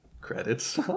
Credits